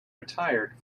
retired